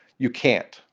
you can't.